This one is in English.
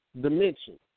dimension